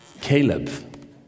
Caleb